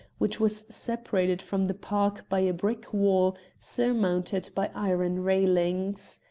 which was separated from the park by a brick wall surmounted by iron railings.